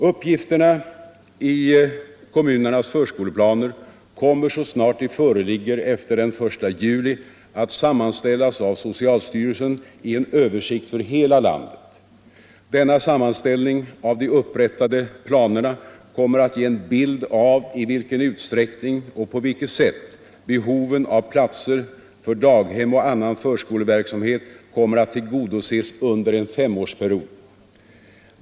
Uppgifterna i kommunernas förskoleplaner kommer så snart de föreligger efter den 1 juli att sammanställas av socialstyrelsen i en översikt för hela landet. Denna sammanställning av de upprättade planerna kommer att ge en bild av i vilken utsträckning och på vilket sätt behoven av platser för daghem och annan förskoleverksamhet kommer att tillgodoses under en femårsperiod.